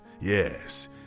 Yes